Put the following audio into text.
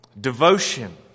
Devotion